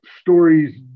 stories